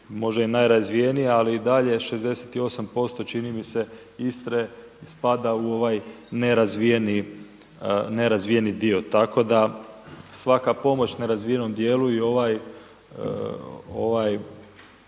možda i najrazvijenija. Ali i dalje 68% čini mi se Istre spada u ovaj nerazvijeni dio. Tako da svaka pomoć nerazvijenom dijelu i ovaj